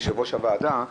יושב-ראש הוועדה,